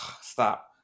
Stop